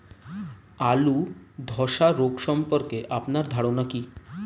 আলু ধ্বসা রোগ সম্পর্কে আপনার ধারনা কী?